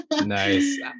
Nice